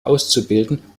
auszubilden